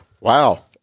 Wow